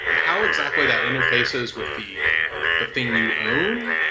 how exactly that interfaces with the the thing you own?